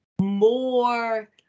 more